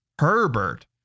Herbert